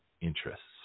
interests